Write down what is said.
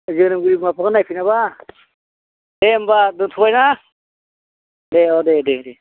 जोनोमगिरि बिमा बिफाखौ नायफिनाबा दे होमबा दोन्थ'बाय ना दे औ दे दे दे